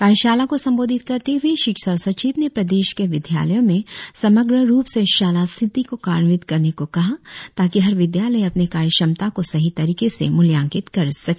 कार्यशाला को संबोधित करते हुए शिक्षा सचिव ने प्रदेश के विद्यालयों में सम्रह रुप से शाला सिद्दी को कार्यान्वित करने को कहा ताकि हर विद्यालय अपने कार्यक्षमता को सही तरीके से मूल्यांकित कर सके